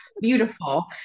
beautiful